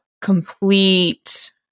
complete